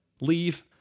leave